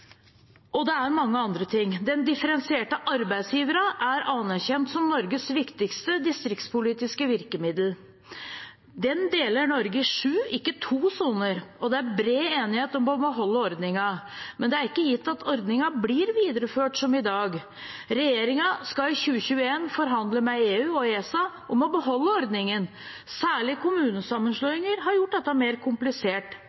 og det er mange andre ting. Den differensierte arbeidsgiveravgiften er anerkjent som Norges viktigste distriktspolitiske virkemiddel. Den deler Norge i sju soner, ikke i to. Det er bred enighet om å beholde ordningen, men det er ikke gitt at ordningen blir videreført som i dag. Regjeringen skal i 2021 forhandle med EU og ESA om å beholde ordningen. Særlig